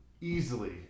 Easily